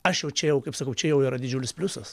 aš jau čia jau kaip sakau čia jau yra didžiulis pliusas